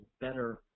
better